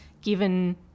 given